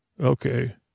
Okay